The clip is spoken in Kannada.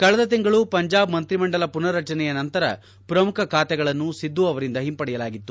ಕಳೆದ ತಿಂಗಳು ಪಂಜಾಬ್ ಮಂತ್ರಿಮಂಡಲ ಪುನರ್ ರಚನೆಯ ನಂತರ ಶ್ರಮುಖ ಖಾತೆಗಳನ್ನು ಸಿದ್ದು ಅವರಿಂದ ಹಿಂಪಡೆಯಲಾಗಿತ್ತು